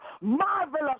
marvelous